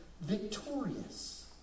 victorious